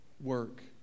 work